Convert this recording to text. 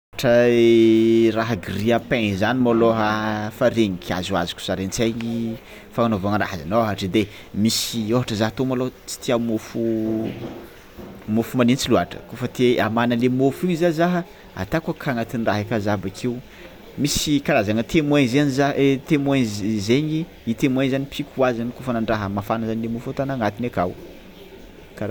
I raha grille pain zany môlô efa regniky azoazoko sary an-tsaigny fananaovagna raha zegny ohatra edy e misy ohatra za tô môlô tsy tia môfo magnintsy loatra kôfa tea hamana le mofo igny zany za, ataoko aka anagnatin'ny raha io aka za bokeo misy karazana temoins zegny za io temoins io zegny io temoin io zany mipiky hoazy kora mafana ataona agnatiny akao, kara.